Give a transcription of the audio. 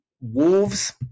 Wolves